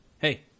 Hey